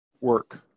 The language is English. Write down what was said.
work